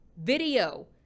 video